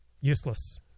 useless